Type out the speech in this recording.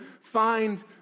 find